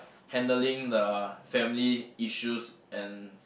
handling the family issues and